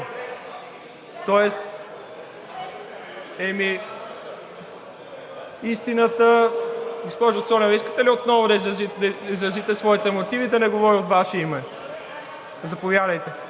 от място. Госпожо Цонева, искате ли отново да изразите своите мотиви, да не говоря от Ваше име? Заповядайте.